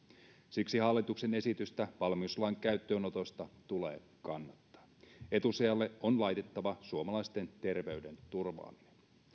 siksi hallituksen esitystä valmiuslain käyttöönotosta tulee kannattaa etusijalle on laitettava suomalaisten terveyden turvaaminen